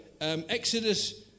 Exodus